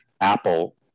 Apple